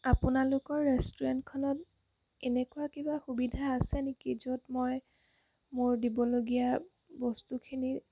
আপোনালোকৰ ৰেষ্টুৰেণ্টখনত এনেকুৱা কিবা সুবিধা আছে নেকি য'ত মই মোৰ দিবলগীয়া বস্তুখিনি